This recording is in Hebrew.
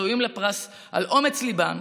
ראויים לפרס על אומץ ליבם,